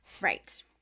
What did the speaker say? Right